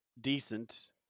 decent